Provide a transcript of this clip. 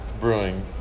Brewing